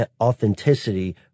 authenticity